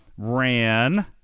Ran